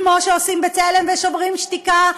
כמו שעושים בצלם ושוברים שתיקה,